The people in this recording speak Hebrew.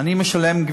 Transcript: זה המסים שאתה משלם.